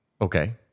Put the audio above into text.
Okay